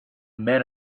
men